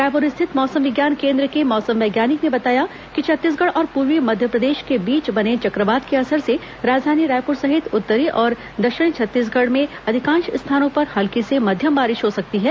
रायपुर स्थित मौसम विज्ञान केंद्र के मौसम वैज्ञानिक ने बताया कि छत्तीसगढ़ और पूर्वी मध्यप्रदेश के बीच बने चक्रवात के असर से राजधानी रायपुर सहित उत्तरी और दक्षिणी छत्तीसगढ़ में अधिकांश स्थानों पर हल्की से मध्यम बारिश हो सकती है